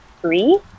three